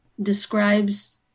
describes